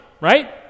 right